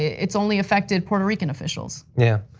it's only affected puerto rican officials. yeah,